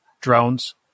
drones